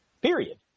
Period